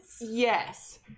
yes